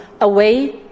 away